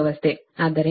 ಆದ್ದರಿಂದ ಇದು 4